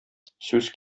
сүз